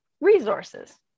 resources